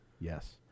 yes